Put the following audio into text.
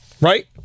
right